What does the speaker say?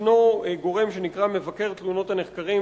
ישנו גורם שנקרא "מבקר תלונות הנחקרים",